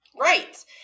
Right